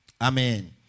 Amen